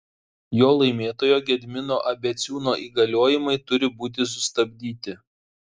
jo laimėtojo gedimino abeciūno įgaliojimai turi būti sustabdyti